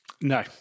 No